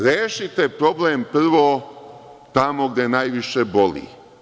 Rešite problem prvo tamo gde najviše boli.